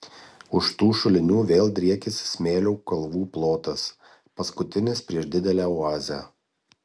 už tų šulinių vėl driekiasi smėlio kalvų plotas paskutinis prieš didelę oazę